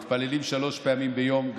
מתפללים שלוש פעמים ביום.